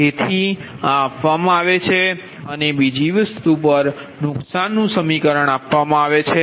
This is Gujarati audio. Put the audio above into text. તેથી આ આપવામાં આવે છે અને બીજી વસ્તુ પર નુકસાનનુ સમીકરણ આપવામાં આવે છે